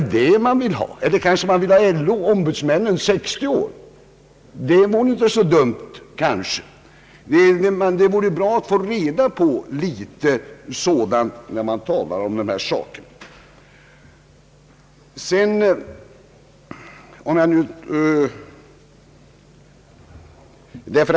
Är det den gränsen man vill ha, eller vill man ha samma pensionsålder som gäller för LO:s ombudsmän -— 60 år? Det kanske inte vore så dumt!